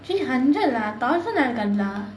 actually hundred lah thousand இருக்காதா:irukkaathaa